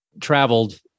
traveled